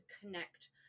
connect